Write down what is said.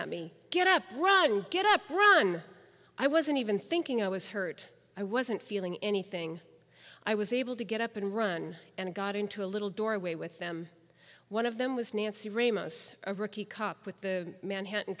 at me get up run get up run i wasn't even thinking i was hurt i wasn't feeling anything i was able to get up and run and got into a little doorway with them one of them was nancy ramos a rookie cop with the manhattan